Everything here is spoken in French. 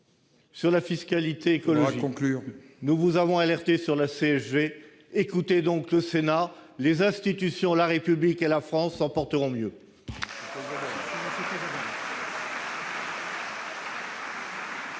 sur la fiscalité écologique et ... Il faut conclure. ... la CSG. Écoutez donc le Sénat : les institutions, la République et la France s'en porteront mieux